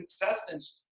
contestants